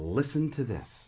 listen to this